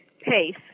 pace